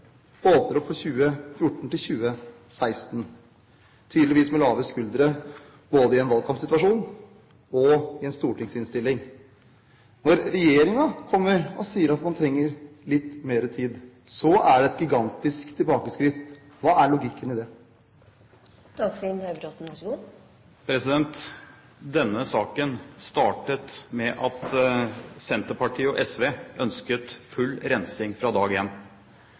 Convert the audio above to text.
åpner opp for 2014–2016, tydeligvis med lave skuldre, både i en valgkampsituasjon og i en stortingsinnstilling. Når regjeringen kommer og sier at man trenger litt mer tid, så er det et gigantisk tilbakeskritt – hva er logikken i det? Denne saken startet med at Senterpartiet og SV ønsket full rensing fra dag